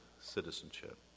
citizenship